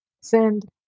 send